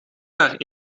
haar